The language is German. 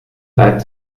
reibt